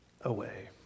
away